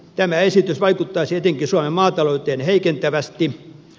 tämä esitys vaikuttaisi etenkin suomen maatalouteen heikentävästi